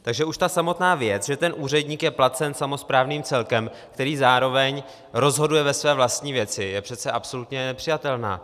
Takže už ta samotná věc, že ten úředník je placen samosprávným celkem, který zároveň rozhoduje ve své vlastní věci, je přece absolutně nepřijatelná.